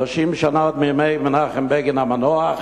30 שנה, עוד מימי מנחם בגין המנוח,